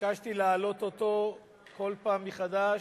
והתבקשתי להעלות אותו כל פעם מחדש.